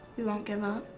we won't give up.